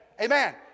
Amen